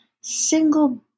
single